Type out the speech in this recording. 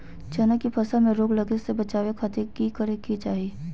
चना की फसल में रोग लगे से बचावे खातिर की करे के चाही?